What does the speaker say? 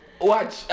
Watch